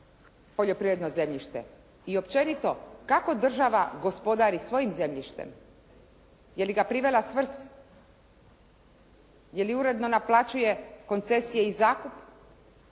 poljoprivredno zemljište i općenito kako država gospodari svojim zemljištem? Je li ga privela svrsi? Je li uredno naplaćuje koncesije i zakup?